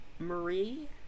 Marie